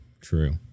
true